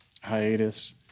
hiatus